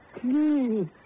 please